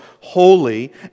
holy